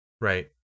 Right